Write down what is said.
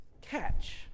catch